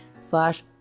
slash